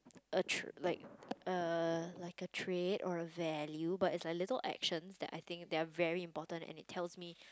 a trait~ like a like a trait or a value but is like little actions that I think that are very important and it tells me